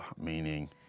meaning